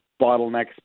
bottlenecks